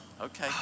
okay